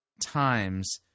times